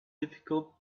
difficult